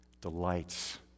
Delights